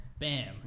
Bam